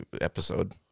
episode